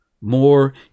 more